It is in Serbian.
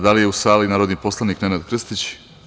Da li je u sali narodni poslanik Nenad Krstić?